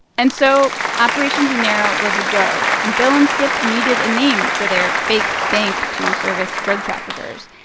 and so operation dinero was a go, and bill and skip needed a name for their fake bank to service drug traffickers.